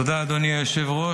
תודה, אדוני היושב-ראש.